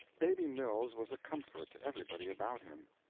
baby mills was a comfort to everybody about him.